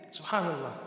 Subhanallah